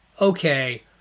okay